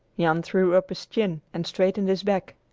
jan threw up his chin, and straightened his back.